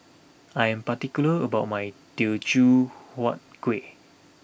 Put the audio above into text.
I am particular about my Teochew Huat Kuih